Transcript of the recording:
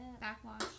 Backwash